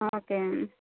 okay